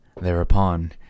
Thereupon